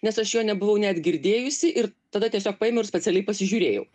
nes aš jo nebuvau net girdėjusi ir tada tiesiog paėmiau ir specialiai pasižiūrėjau